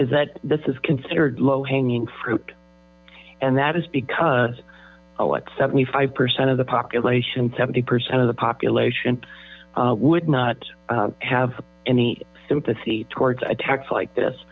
is that this is considered low hanging fruit and that is because of what seventy five percent of the population seventy percent of the population would not have any sympathy towards attacks like this